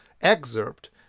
excerpt